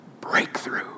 Breakthrough